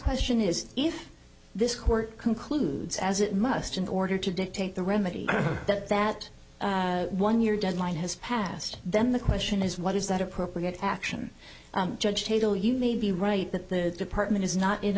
question is if this court concludes as it must in order to dictate the remedy that that one year deadline has passed then the question is what is that appropriate action judge haydel you may be right that the department is not in